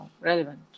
relevant